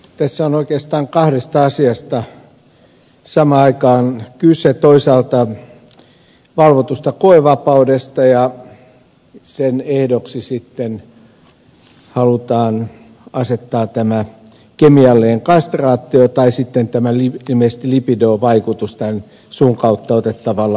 tässä on oikeastaan kahdesta asiasta samaan aikaan kyse toisaalta valvotusta koevapaudesta ja sen ehdoksi sitten halutaan asettaa tämä kemiallinen kastraatio tai tämä vaikuttaminen ilmeisesti lipidoon suun kautta otettavalla lääkkeellä